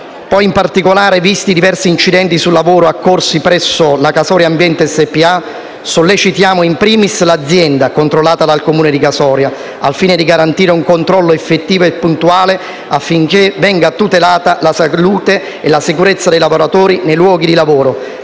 In particolare, visti i diversi incidenti sul lavoro occorsi presso la Casoria Ambiente SpA, sollecitiamo *in primis* l'azienda, controllata dal Comune di Casoria, al fine di garantire un controllo effettivo e puntuale affinché venga tutelata la salute e la sicurezza dei lavoratori nei luoghi di lavoro.